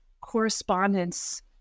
correspondence